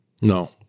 No